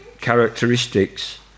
characteristics